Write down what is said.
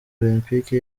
olempike